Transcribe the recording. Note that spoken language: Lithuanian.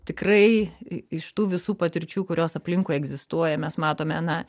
tikrai iš tų visų patirčių kurios aplinkui egzistuoja mes matome na